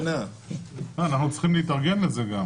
אנחנו גם צריכים להתארגן לזה.